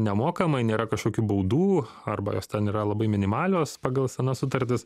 nemokamai nėra kažkokių baudų arba jos ten yra labai minimalios pagal senas sutartis